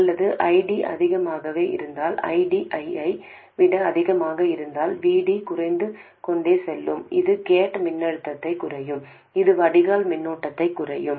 அல்லது ID அதிகமாக இருந்தால் ID ஐ விட அதிகமாக இருந்தால் VD குறைந்து கொண்டே செல்லும் இது கேட் மின்னழுத்தத்தைக் குறைக்கும் இது வடிகால் மின்னோட்டத்தைக் குறைக்கும்